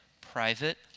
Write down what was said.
private